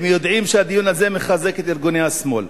הם יודעים שהדיון הזה מחזק את ארגוני השמאל.